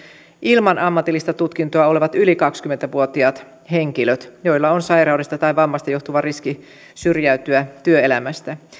ilman ammatillista tutkintoa olevat yli kaksikymmentä vuotiaat henkilöt joilla on sairaudesta tai vammasta johtuva riski syrjäytyä työelämästä